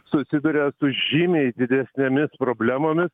susiduria su žymiai didesnėmis problemomis